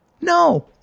No